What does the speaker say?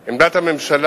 מבקשים?